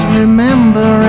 remember